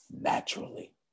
naturally